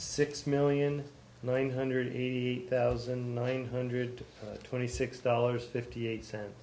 six million one hundred eighty thousand nine hundred twenty six dollars fifty eight cents